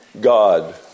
God